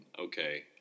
okay